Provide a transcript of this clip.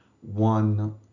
one